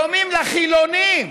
דומים לחילונים.